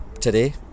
today